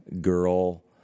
girl